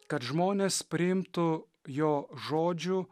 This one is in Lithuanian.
kad žmonės priimtų jo žodžių